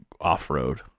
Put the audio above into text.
off-road